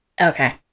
okay